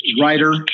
writer